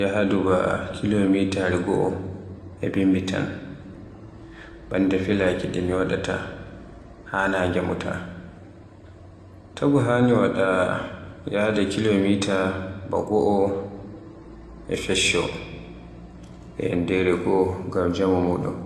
yahdu ba kilomitare goo e bimbi tan. Banda filaaki ki mi waɗaata haa nange muta. Taagu fuf haani waɗa yahdu kilomitare goo e fecco e yandere goo ngam jaamu ɗum.